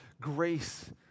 grace